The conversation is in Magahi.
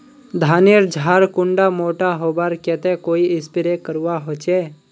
धानेर झार कुंडा मोटा होबार केते कोई स्प्रे करवा होचए?